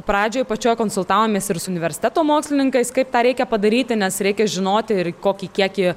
pradžioj pačioj konsultavomės ir su universiteto mokslininkais kaip tą reikia padaryti nes reikia žinoti ir kokį kiekį